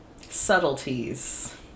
subtleties